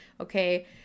Okay